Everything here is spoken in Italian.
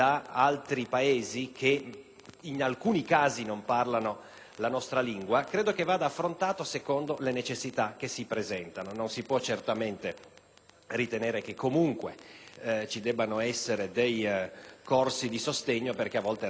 in alcuni casi, non parlano la nostra lingua va affrontato secondo le necessità che si presentano di volta in volta. Non si può certamente ritenere che, comunque, ci debbano essere dei corsi di sostegno perché a volte arrivano nel nostro Paese persone